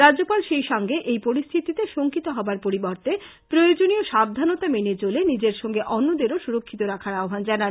রাজ্যপাল সেইসঙ্গে এই পরিস্থিতিতে শষ্টিত হবার পরিবর্তে প্রয়োজনীয় সাবধানতা মেনে চলে নিজের সঙ্গে অন্যদেরও সুরক্ষিত রাখার আহবান জানান